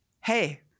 Hey